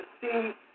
see